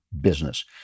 business